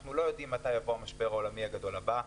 אנחנו לא יודעים מתי יבוא המשבר העולמי הגדול הבא,